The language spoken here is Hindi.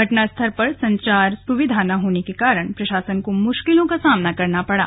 घटना स्थल पर संचार सुविधा न होने के कारण प्रशासन को मुश्किलों का सामना करना पड़ा